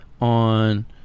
on